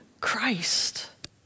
Christ